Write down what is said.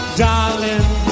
darling